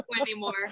anymore